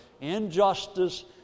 injustice